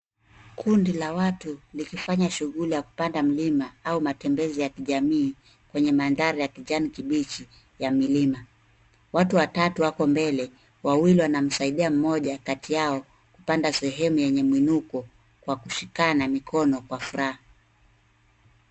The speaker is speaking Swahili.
Kundi la watu likifanya shughuli ya kupanda mlima au matembezi ya kijamii kwenye mandhari ya kijani kibichi ya milima. Watu watatu wako mbele, wawili wanamsaidia mmoja kati yao kupanda kwenye sehemu yenye mwinuko kwa kushikana mikono kwa furaha.